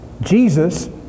Jesus